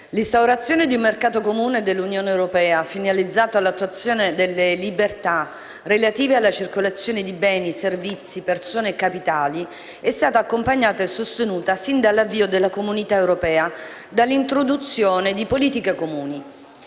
l'instaurazione di un mercato comune dell'Unione europea, finalizzato all'attuazione delle libertà relative alla circolazione di beni, servizi, persone e capitali è stata accompagnata e sostenuta, sin dall'avvio della Comunità europea, dall'introduzione di politiche comuni;